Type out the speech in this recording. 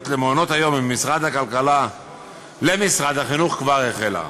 למעונות-היום ממשרד הכלכלה למשרד החינוך כבר החלה.